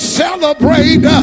celebrate